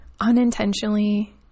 unintentionally